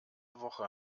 woche